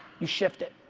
you shift it.